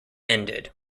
ended